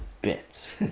bits